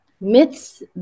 myths